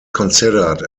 considered